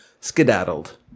skedaddled